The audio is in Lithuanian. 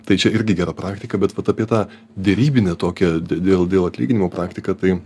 tai čia irgi gera praktika bet vat apie tą derybinę tokią dėl dėl atlyginimo praktiką tai